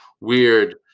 weird